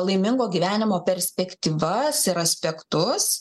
laimingo gyvenimo perspektyvas ir aspektus